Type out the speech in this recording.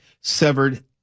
severed